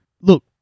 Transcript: Look